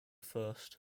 first